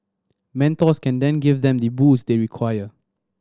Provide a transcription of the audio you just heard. mentors can then give them the boost they require